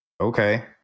Okay